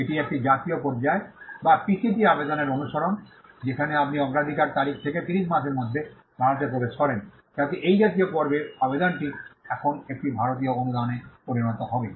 এটি একটি জাতীয় পর্যায় বা পিসিটি আবেদনের অনুসরণ যেখানে আপনি অগ্রাধিকারের তারিখ থেকে 30 মাসের মধ্যে ভারতে প্রবেশ করেন যাতে এই জাতীয় পর্বের আবেদনটি এখন একটি ভারতীয় অনুদানে পরিণত হবে